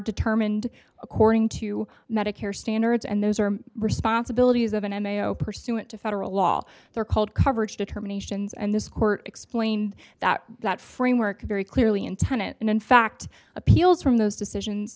determined according to medicare standards and those are responsibilities of an m a o pursuant to federal law they're called coverage determinations and this court explained that that framework very clearly in tenet and in fact appeals from those decisions